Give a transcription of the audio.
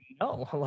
no